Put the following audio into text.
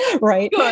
right